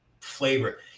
flavor